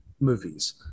movies